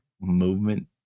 movement